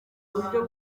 uburyo